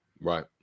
Right